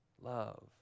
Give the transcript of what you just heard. love